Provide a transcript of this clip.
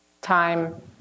Time